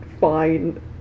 fine